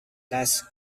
less